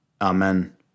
Amen